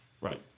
right